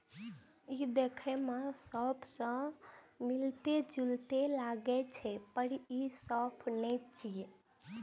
ई देखै मे सौंफ सं मिलैत जुलैत लागै छै, पर ई सौंफ नै छियै